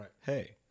Hey